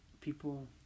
people